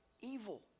evil